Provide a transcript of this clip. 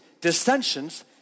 dissensions